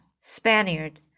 Spaniard